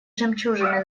жемчужины